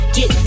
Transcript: Get